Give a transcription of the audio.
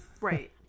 Right